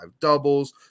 doubles